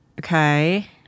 Okay